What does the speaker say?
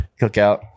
Cookout